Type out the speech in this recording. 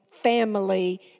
family